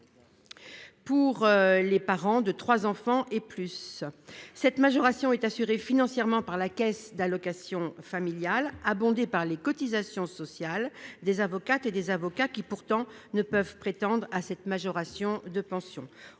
pour les parents de trois enfants et plus. Cette majoration est assurée financièrement par la caisse d'allocations familiales (CAF), abondée par les cotisations sociales des avocates et des avocats, qui, pourtant, ne peuvent prétendre à cette majoration de pension.